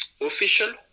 official